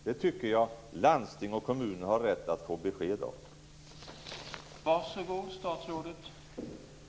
Jag tycker att landsting och kommuner har rätt att få besked om det.